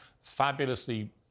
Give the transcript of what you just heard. fabulously